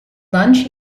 lunch